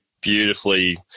beautifully